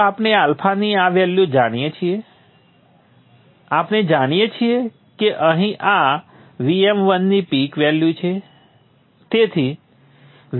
શું આપણે α ની આ વેલ્યુ જાણીએ છીએ આપણે જાણીએ છીએ કે અહીં આ Vm1 ની પીક વેલ્યુ છે